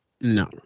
No